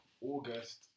August